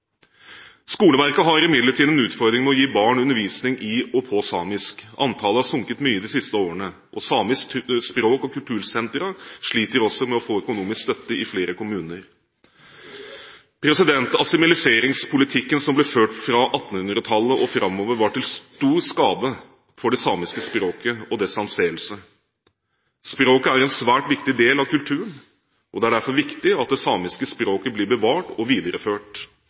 Skoleverket har imidlertid en utfordring i å gi barn undervisning i og på samisk. Antallet barn har sunket mye de siste årene. Samisk språk og samiske kultursentre sliter i flere kommuner også med å få økonomisk støtte. Assimileringspolitikken som ble ført fra 1800-tallet og framover, var til stor skade for det samiske språket og dets anseelse. Språket er en svært viktig del av kulturen. Det er derfor viktig at det samiske språket blir bevart og videreført.